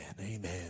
Amen